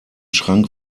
schrank